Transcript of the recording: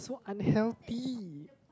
so unhealthy